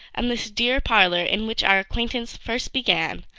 and this dear parlour in which our acquaintance first began,